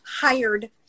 hired